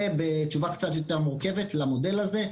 זה בתשובה קצת יותר מורכבת למודל הזה.